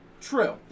True